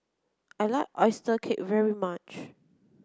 I like oyster cake very much